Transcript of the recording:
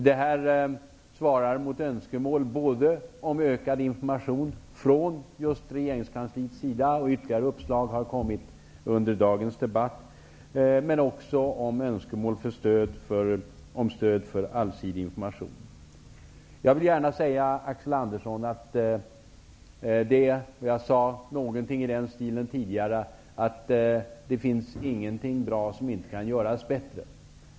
Det svarar mot önskemål om ökad information från regeringskansliet -- ytterligare uppslag har kommit under dagens debatt -- men också önskemål om stöd för allsidig information. Jag vill gärna till Axel Andersson säga -- jag sade någonting i den stilen tidigare -- att det inte finns någonting bra som inte kan göras bättre.